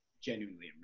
genuinely